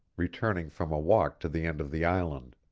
returning from a walk to the end of the island.